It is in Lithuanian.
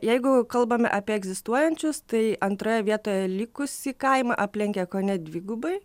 jeigu kalbame apie egzistuojančius tai antroje vietoje likusį kaimą aplenkė kone dvigubai